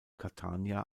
catania